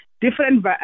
different